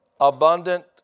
Abundant